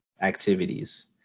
activities